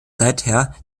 seither